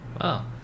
Wow